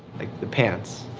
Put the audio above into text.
like the pants.